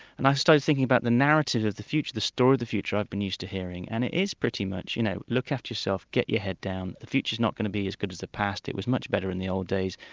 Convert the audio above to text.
and i started thinking about the narratives of the future, the story of the future i'd been used to hearing, and it is pretty much, you know look after yourself, get your head down, the future's not going to be as good as the past. it was much better in the old days.